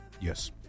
Yes